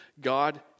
God